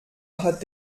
hat